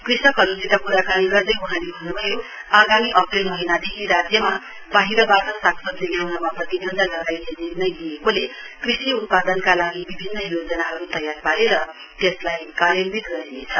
कृषकहरूसित कुराकानी गर्दै वहाँले भन्नुभयो आगामी अप्रेल महीनादेखि राज्यमा बाहिरबाट सागसब्जी ल्याउनमा प्रतिवन्ध लगाइने निर्णय लिइएकोले कृषि उत्पादनका लागि बिभिन्न योजनाहरू तयार पारेर त्यसलाई कार्यान्वित गरिनेछ